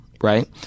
right